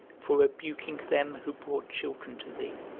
for rebuking them who brought children to thee